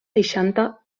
seixanta